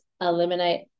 eliminate